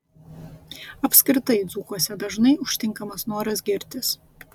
apskritai dzūkuose dažnai užtinkamas noras girtis